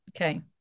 Okay